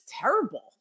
terrible